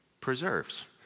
preserves